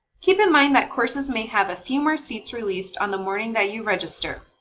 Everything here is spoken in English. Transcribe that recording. keep in mind that courses may have a few more seats released on the morning that you register.